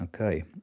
Okay